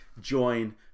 join